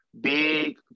big